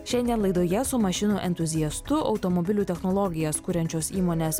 šiandien laidoje su mašinų entuziastu automobilių technologijas kuriančios įmonės